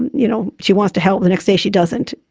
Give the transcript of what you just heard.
you know, she wants to help, the next day she doesn't,